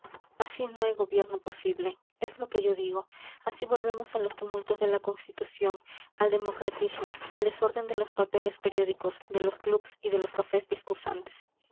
así no hay gobierno posible es lo que yo digo así volvemos a los tumultos de la constitución al democratismo al desorden de los papeles periódicos de los clubs y de los cafés